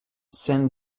san